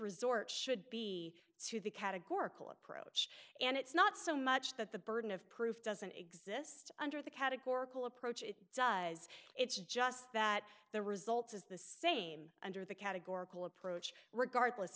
resort should be to the categorical approach and it's not so much that the burden of proof doesn't exist under the categorical approach it does it's just that the result is the same under the categorical approach regardless